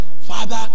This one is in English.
Father